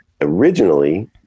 originally